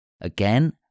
again